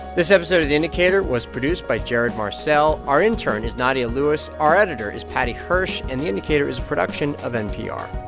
this episode of the indicator was produced by jared marcelle. our intern is nadia lewis. our editor is paddy hirsch, and the indicator is a production of npr